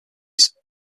series